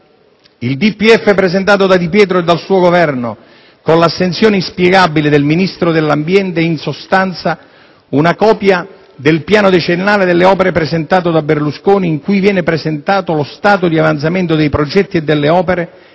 Il DPEF presentato da Di Pietro e dal suo Governo, con l'astensione inspiegabile del Ministro dell'ambiente, è in sostanza una copia del Piano decennale delle opere presentato da Berlusconi, in cui viene presentato lo stato di avanzamento dei progetti e delle opere